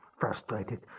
frustrated